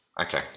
okay